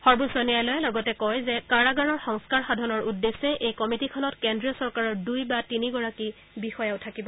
সৰ্বোচ্চ ন্যায়ালয়ে লগতে কয় যে কাৰাগাৰৰ সংস্কাৰ সাধনৰ উদ্দেশ্যে এই কমিটিখনত কেন্দ্ৰীয় চৰকাৰৰ দুই বা তিনিগৰাকী বিষয়াও থাকিব